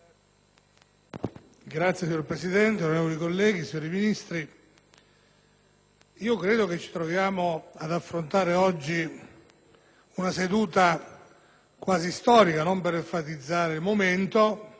*(PdL)*. Signor Presidente, onorevoli colleghi, signori Ministri, ci troviamo ad affrontare oggi una seduta quasi storica. Non per enfatizzare il momento,